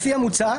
לפי המוצע,